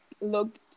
looked